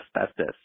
asbestos